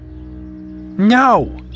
No